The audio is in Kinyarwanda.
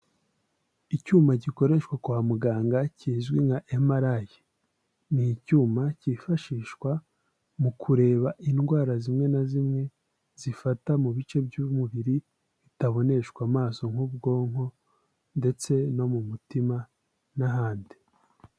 Icyuma gikoreshwa kwa muganga kizwi nka Emalayi, ni icyuma cyifashishwa mu kureba indwara zimwe na zimwe zifata mu bice by'umubiri bitaboneshwa amaso nk'ubwonko ndetse no mu mutima n'ahandi.